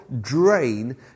drain